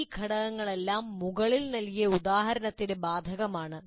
ഈ ഘടകങ്ങളെല്ലാം മുകളിൽ നൽകിയ ഉദാഹരണത്തിന് ബാധകമാണ്